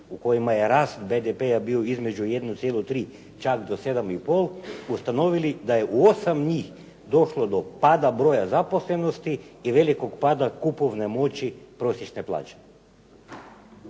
u kojima je rast BDP-a bio između 1,3 čak do 7 i pol ustanovili da je u 8 njih došlo do pada broja zaposlenosti i velikog pada kupovne moći prosjećne plaće.